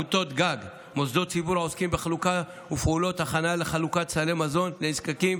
מוסדות ציבור העוסקים בחלוקה ובפעולות הכנה לחלוקת סלי מזון לנזקקים,